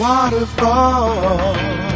Waterfall